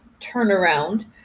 turnaround